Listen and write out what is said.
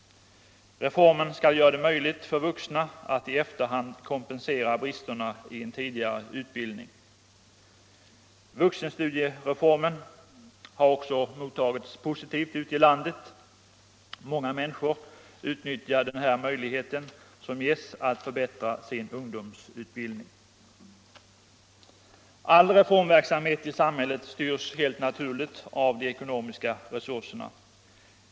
Reformen skall göra det möjligt för vuxna att i efterhand kompensera bristerna i en tidigare utbildning. Vuxenstudie reformen har också mottagits positivt ute i landet. Många människor utnyttjar den här möjligheten som ges att förbättra sin ungdomsutbildning. All reformverksamhet i samhället styrs helt naturligt av de ekonomiska resurserna.